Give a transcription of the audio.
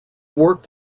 worked